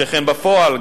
שכן בפועל,